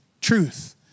truth